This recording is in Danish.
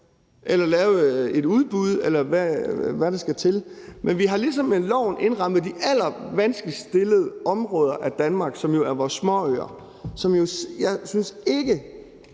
eller lave et udbud, eller hvad der skal til. Men med loven har vi ligesom indrammet de allervanskeligst stillede områder af Danmark, som jo er vores småøer, som jeg ikke